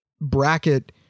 bracket